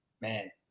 Man